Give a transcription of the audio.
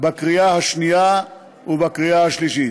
בקריאה שנייה ובקריאה שלישית.